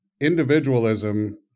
individualism